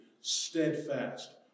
steadfast